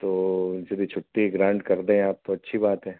तो एक्चुअल्ली छुट्टी ग्रांड कर दें आप तो अच्छी बात है